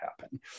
happen